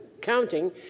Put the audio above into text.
counting